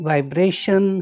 Vibration